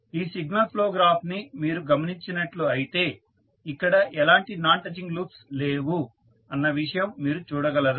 ఈ signal flow graph ని మీరు గమనించినట్లు అయితే ఇక్కడ ఎలాంటి నాన్ టచింగ్ లూప్స్ లేవు అన్న విషయం మీరు చూడగలరు